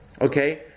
okay